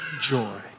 joy